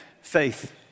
faith